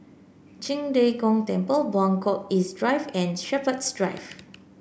Qing De Gong Temple Buangkok East Drive and Shepherds Drive